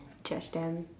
judge them